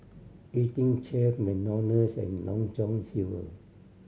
Eighteen Chef McDonald's and Long John Silver